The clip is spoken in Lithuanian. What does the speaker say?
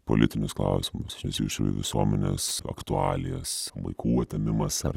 politinius klausimus aš neįsijaučiu į visuomenės aktualijas vaikų atėmimas ar